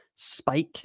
spike